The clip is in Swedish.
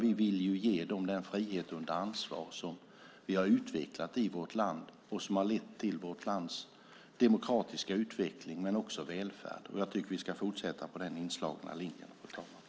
Vi vill ju ge dem den frihet under ansvar som vi har utvecklat i vårt land och som har lett till vårt lands demokratiska utveckling men också välfärd. Jag tycker att vi ska fortsätta på den inslagna linjen, fru talman.